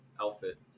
outfit